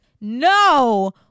No